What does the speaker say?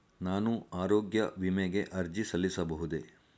ನಾನು ಆರೋಗ್ಯ ವಿಮೆಗೆ ಅರ್ಜಿ ಸಲ್ಲಿಸಬಹುದೇ?